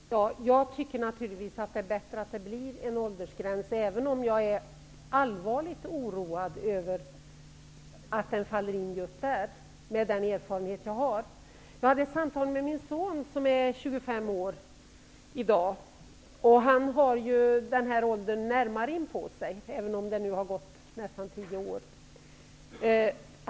Fru talman! Jag tycker naturligtvis att det är bättre att det blir en åldersgräns, även om jag med min erfarenhet är allvarligt oroad över att den skall infalla vid just denna ålder. Jag hade i dag ett samtal med min son som är 25 år. Han har den här åldern närmare inpå sig, även om det nu har gått nästan tio år.